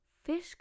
fish